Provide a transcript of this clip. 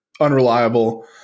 unreliable